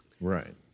right